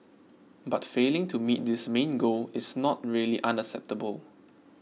but failing to meet this main goal is not really unacceptable